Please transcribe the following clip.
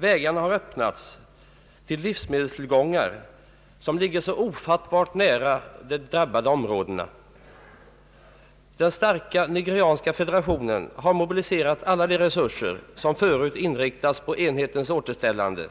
Vägarna har öppnats till livsmedelstillgångar som ligger ofattbart nära de drabbade områdena. Den starka nigerianska federationen har mobiliserat alla de resurser som förut inriktats på enhetens återställande